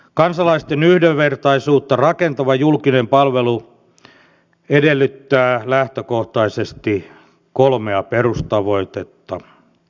kansalaisten yhdenvertaisuutta rakentava julkinen palvelu edellyttää lähtökohtaisesti kolmea perustavoitetta